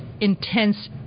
intense